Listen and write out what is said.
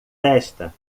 festa